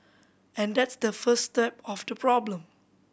and that's the first step of the problem